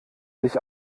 sich